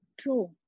True